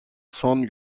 son